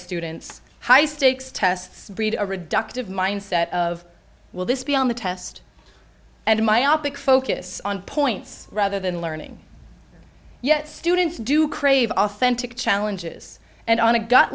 students high stakes tests breed a reductive mind set of will this be on the test and myopic focus on points rather than learning yet students do crave authentic challenges and on a g